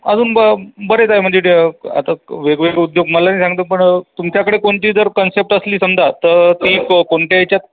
अजून ब बरेच आहे म्हणजे जे आता वेगवेगळे उद्योग मला नाही सांगता येत पण तुमच्याकडे कोणती जर कन्सेप्ट असली समजा तर ती कोणत्या याच्यात